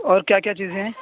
اور کیا کیا چیزیں ہیں